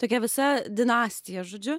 tokia visa dinastija žodžiu